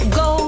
go